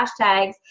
hashtags